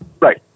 Right